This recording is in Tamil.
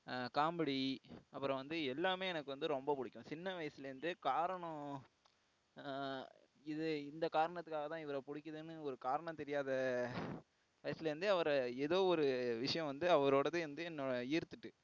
காமெடி அப்புறம் வந்து எல்லாமே எனக்கு வந்து ரொம்ப பிடிக்கும் சின்ன வயசுலேருந்தே காரணம் இது இந்த காரணத்துக்காக தான் இவரை பிடிக்குதுன்னு ஒரு காரணம் தெரியாத வயசுலேருந்தே அவரை ஏதோ ஒரு விஷ்யம் வந்து அவரோடது வந்து என்னை ஈர்த்துட்டு